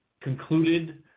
concluded